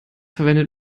verwendet